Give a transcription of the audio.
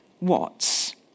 watts